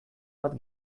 bat